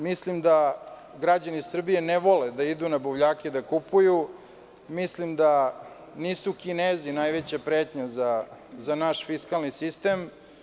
Mislim da građani Srbije ne vole da idu na buvljake da kupuju, mislim da nisu Kinezi najveća pretnja za naš fiskalni sistem.